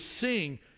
seeing